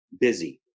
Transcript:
busy